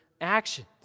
actions